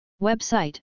Website